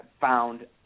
found